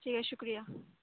ٹھیک ہے شکریہ